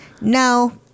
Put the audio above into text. No